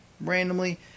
randomly